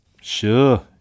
Sure